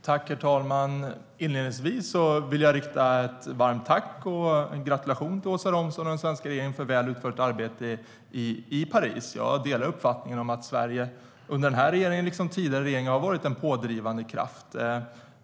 Herr talman! Inledningsvis vill jag rikta ett varmt tack och en gratulation till Åsa Romson och den svenska regeringen för väl utfört arbete i Paris. Jag delar uppfattningen att Sverige under den här regeringen liksom under tidigare regeringar har varit en pådrivande kraft.